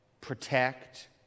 protect